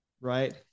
right